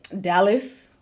Dallas